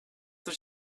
what